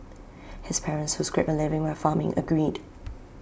his parents who scraped A living by farming agreed